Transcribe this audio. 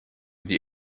die